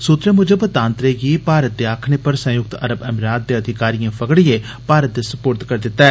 सूत्रें मूजब तांतरे गी भारत दे आक्खने पर संयुक्त अरब अमिरात दे अधिकारिए फगड़ियै भारत दे सपुर्द करी दित्ता ऐ